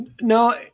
No